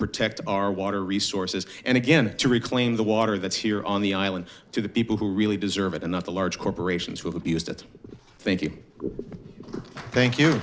protect our water resources and again to reclaim the water that's here on the island to the people who really deserve it and not the large corporations who abused it thank you thank you